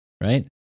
right